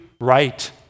right